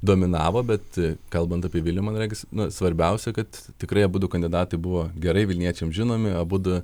dominavo bet kalbant apie vilnių man regis na svarbiausia kad tikrai abudu kandidatai buvo gerai vilniečiams žinomi abudu